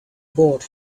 board